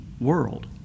world